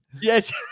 Yes